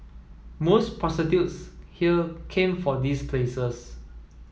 most prostitutes here came from these places